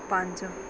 ਪੰਜ